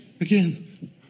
again